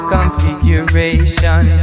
Configuration